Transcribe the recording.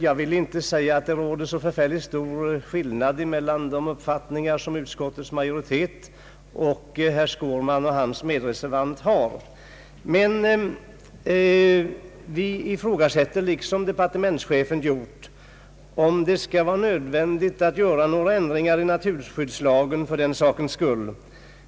Jag vill inte säga att det föreligger någon större skillnad mellan utskottsmajoritetens uppfattning och den herr Skårman och hans medreservant förfäktar. Utskottsmajoriteten — liksom departementschefen — ifrågasätter om det verkligen är nödvändigt att företa ändringar i naturskyddslagen för den sakens skull.